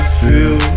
feel